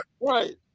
right